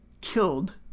killed